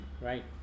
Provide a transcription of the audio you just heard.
Right